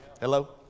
Hello